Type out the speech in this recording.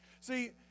See